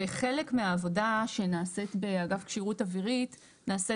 וחלק מהעבודה שנעשית באגף כשירות אווירית נעשית